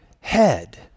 head